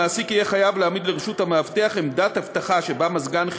המעסיק יהיה חייב להעמיד לרשות המאבטח עמדת אבטחה שבה מזגן,